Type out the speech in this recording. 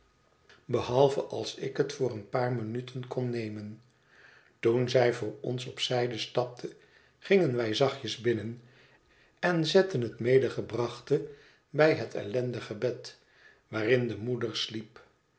behalve als ik het voor een paar minuten kon nemen toen zij voor ons op zijde stapte gingen wij zachtjes binnen en zetten het medegebrachte bij het ellendige bed waarin de moeder sliep